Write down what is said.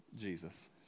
Jesus